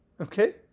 Okay